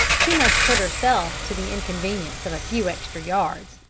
she must put herself to the inconvenience of a few extra yards.